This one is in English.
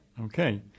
Okay